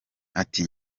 ati